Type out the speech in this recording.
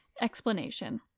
explanation